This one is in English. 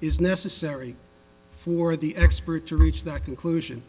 is necessary for the expert to reach that conclusion